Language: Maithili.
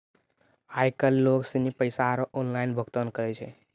आय काइल लोग सनी पैसा रो ऑनलाइन भुगतान करै छै